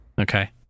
okay